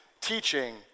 teaching